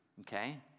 Okay